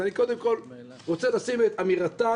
אז אני קודם כל רוצה לשים את אמירתם